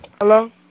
hello